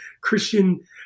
Christian